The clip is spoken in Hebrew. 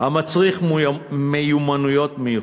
המצריך מיומנויות מיוחדות.